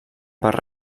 per